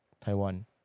Taiwan